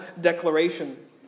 declaration